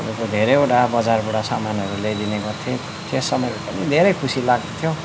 तपाईँको धेरैवटा बजारबाट सामानहरू ल्याइदिने गर्थे त्यो समयमा पनि धेरै खुसी लाग्थ्यो